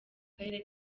karere